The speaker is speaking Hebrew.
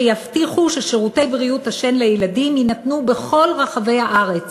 שיבטיחו ששירותי בריאות השן לילדים יינתנו בכל רחבי הארץ,